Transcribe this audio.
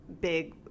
big